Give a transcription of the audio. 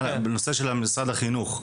נוסף --- לגבי משרד החינוך,